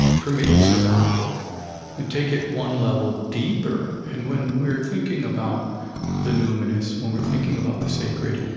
permitted survival take it one level deeper and when we're thinking about the numinous, when we're thinking about the sacred,